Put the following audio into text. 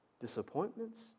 disappointments